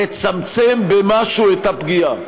לצמצם במשהו את הפגיעה.